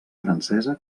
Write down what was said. francesa